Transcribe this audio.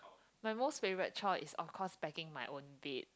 my most favourite chore is of course packing my own bed